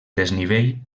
desnivell